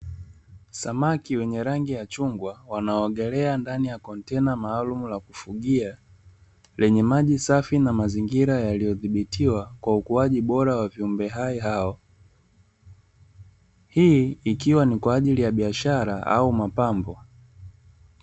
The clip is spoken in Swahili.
Samaki wenye rangi ya chungwa wanaogelea ndani ya kontena maalumu, lenye maji safi mazingira yaliyo dhibitiwa kwa ukuaji bora wa viumbe hai hao, hii ikiwa ni kwa ajili ya biashara au mapambo.